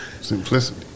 Simplicity